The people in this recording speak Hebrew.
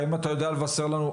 האם אתה יודע לבשר לנו?